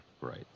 right